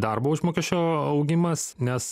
darbo užmokesčio augimas nes